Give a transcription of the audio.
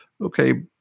okay